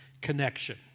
connection